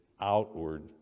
outward